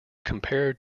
compared